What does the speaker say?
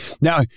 Now